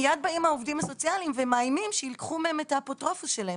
מיד באים העובדים הסוציאליים ומאיימים שייקחו מהם את האפוטרופסות שלהם.